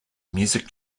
music